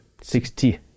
sixty